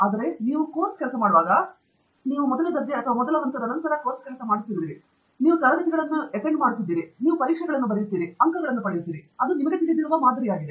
ಆದರೆ ನೀವು ಕೋರ್ಸ್ ಕೆಲಸ ಮಾಡುವಾಗ ನೀವು ಮೊದಲ ದರ್ಜೆ ಅಥವಾ ಮೊದಲ ಹಂತದ ನಂತರ ನೀವು ಕೋರ್ಸ್ ಕೆಲಸ ಮಾಡುತ್ತಿರುವಿರಿ ನೀವು ತರಗತಿಗಳನ್ನು ಮಾಡುತ್ತಿದ್ದೀರಿ ನೀವು ಪರೀಕ್ಷೆಗಳನ್ನು ಬರೆಯುತ್ತೀರಿ ನೀವು ಅಂಕಗಳನ್ನು ಪಡೆಯುತ್ತೀರಿ ಅದು ನಿಮಗೆ ತಿಳಿದಿರುವ ಮಾದರಿಯಾಗಿದೆ